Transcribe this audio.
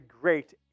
great